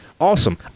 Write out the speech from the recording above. Awesome